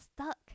stuck